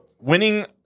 winning